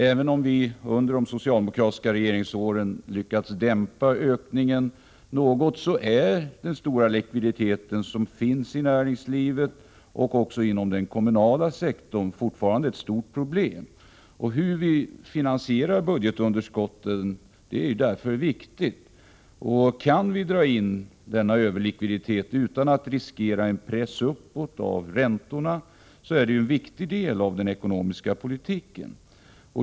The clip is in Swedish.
Även om vi under de socialdemokratiska regeringsåren lyckats dämpa ökningen något är den stora likviditet som finns i näringslivet och även inom den kommunala sektorn fortfarande ett stort problem. Hur vi finansierar budgetunderskotten är därför viktigt. Kan vi dra in denna överlikviditet utan att riskera en press uppåt på räntorna är det en viktig del av den ekonomiska politiken.